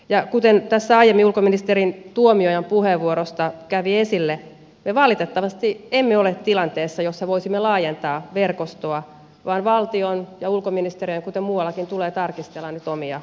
ja kuten tässä aiemmin ulkoministeri tuomiojan puheenvuorosta kävi esille me valitettavasti emme ole tilanteessa jossa voisimme laajentaa verkostoa vaan valtion ja ulkoministeriön tulee kuten tulee muuallakin tarkistella nyt omia kulujaan